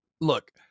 look